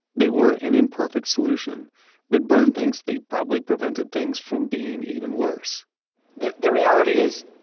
they were an imperfect solution but byrne thinks they probably prevented things from being even worse the the reality is,